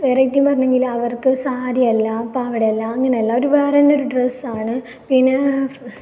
variety എന്ന് പറഞ്ഞെങ്കിൽ അവർക്ക് സാരി അല്ല പാവാട അല്ല അങ്ങനെ അല്ല ഒരു വേറെ തന്നെ ഒരു ഡ്രസ്സാണ് പിന്നേ